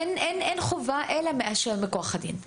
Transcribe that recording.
אין חובה אלא מאשר מכוח הדין.